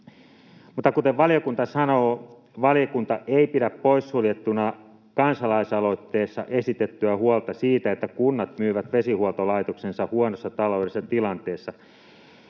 kuten valiokunta sanoo, valiokunta ei pidä poissuljettuna kansalaisaloitteessa esitettyä huolta siitä, että kunnat myyvät vesihuoltolaitoksensa huonossa taloudellisessa tilanteessa.